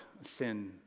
sin